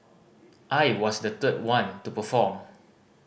I was the third one to perform